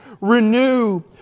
renew